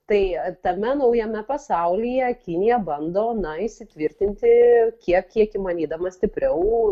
tai tame naujame pasaulyje kinija bando na įsitvirtinti tiek kiek įmanydama stipriau